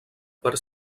per